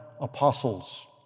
apostles